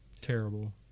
Terrible